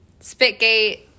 Spitgate